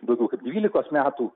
daugiau kaip dvylikos metų